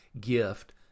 gift